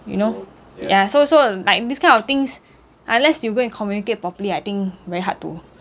you know ya so so like this kind of things unless you go and communicate properly I think very hard to